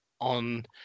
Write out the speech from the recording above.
on